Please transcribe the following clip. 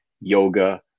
yoga